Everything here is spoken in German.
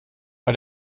war